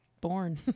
born